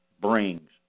brings